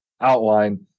outline